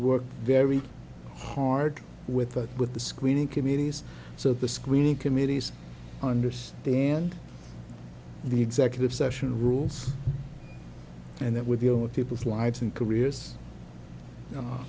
work very hard with a with the screening committees so the screening committees understand the executive session rules and that we're dealing with people's lives and careers